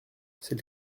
c’est